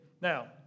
Now